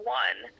one –